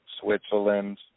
Switzerland